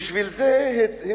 אז הם רבים.